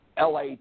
LA